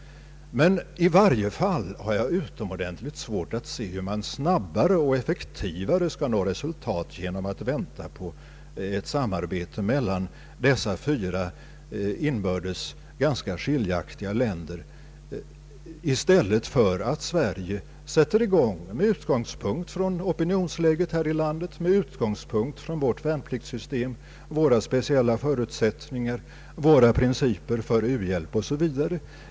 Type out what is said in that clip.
I varje fall har jag utomordentligt svårt att se hur man snabbare och effektivare skall nå resultat genom att vänta på ett samarbete mellan dessa fyra inbördes ganska skiljaktiga länder än genom att Sverige sätter i gång med utgångspunkt i opinionsläget här i landet, med utgångspunkt i vårt värnpliktssystem, våra speciella förutsättningar, våra principer för u-hjälp osv.